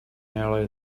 earlier